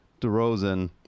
DeRozan